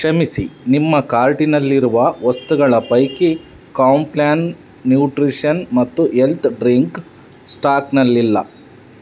ಕ್ಷಮಿಸಿ ನಿಮ್ಮ ಕಾರ್ಟಿನಲ್ಲಿರುವ ವಸ್ತುಗಳ ಪೈಕಿ ಕಾಂಪ್ಲಾನ್ ನ್ಯೂಟ್ರಿಷನ್ ಮತ್ತು ಹೆಲ್ತ್ ಡ್ರಿಂಕ್ ಸ್ಟಾಕ್ನಲ್ಲಿಲ್ಲ